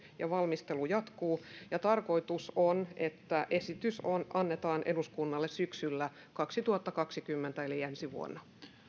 ja valmistelu jatkuu tarkoitus on että esitys annetaan eduskunnalle syksyllä kaksituhattakaksikymmentä eli ensi vuonna